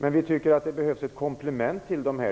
Men vi anser att det behövs ett komplement till dessa.